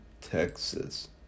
Texas